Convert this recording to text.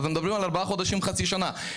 אתם מדברים על בין ארבעה חודשים לחצי שנה,